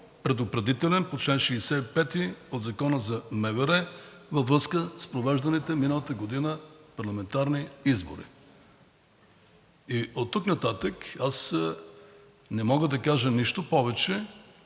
предупредителен протокол по чл. 65 от Закона за МВР във връзка с провежданите миналата година парламентарни избори и оттук нататък не мога да кажа нищо повече.